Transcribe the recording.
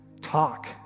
Talk